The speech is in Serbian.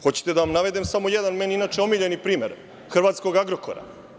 Hoćete da vam navedem samo jedan meni inače omiljeni primer, hrvatskog „Agrokora“